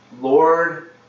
Lord